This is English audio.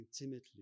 intimately